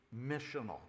missional